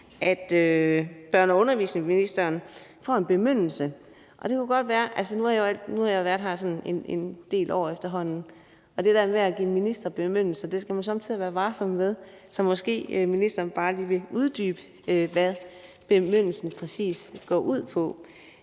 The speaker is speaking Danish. at børne- og undervisningsministeren får en bemyndigelse, og nu har jeg jo efterhånden været her i sådan en del år og ved, at det der med at give en minister bemyndigelser skal man somme tider være varsom med. Så måske ministeren bare lige vil uddybe, hvad bemyndigelsen præcis går ud på.